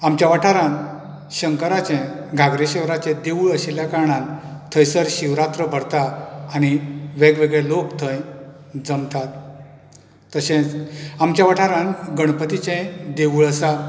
आमच्या वाठारांत शंकराचे गारगेश्वराचे देवूळ आशिल्ल्या कारणान थंयसर शिवरात्र भरतात आनी वेगळेवेगळे लोक थंय जमतात तशेंच आमच्या वाठारांत गणपतीचें देवूळ आसा